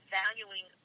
valuing